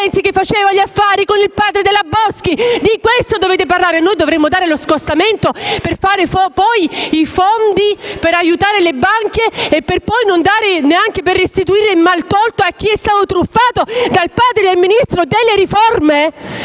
che faceva affari con il padre della Boschi. Di questo dovete parlare. Noi dovremmo dare lo scostamento per fare poi i fondi per aiutare le banche e per poi non restituire neanche il maltolto a chi è stato truffato dal padre del Ministro delle riforme?